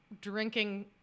drinking